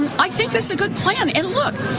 i think that's a good plan. and look,